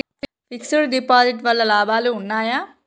Fix డ్ deposit వల్ల లాభాలు ఉన్నాయి?